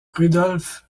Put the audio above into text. rudolf